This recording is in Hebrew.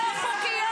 נעמה, תמשיכי.